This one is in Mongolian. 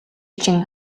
чинь